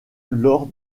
lors